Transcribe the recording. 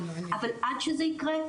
אבל עד שזה יקרה,